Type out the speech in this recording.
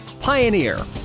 Pioneer